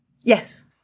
Yes